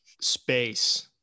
space